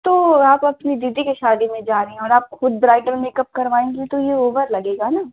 तो आप अपनी दीदी की शादी में जा रही हैं और आप खुद ब्राइडल मेकअप करवाएंगी तो ये ओवर लगेगा ना